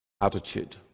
attitude